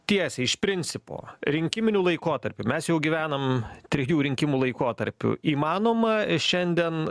tiesiai iš principo rinkiminiu laikotarpiu mes jau gyvenam trijų rinkimų laikotarpiu įmanoma šiandien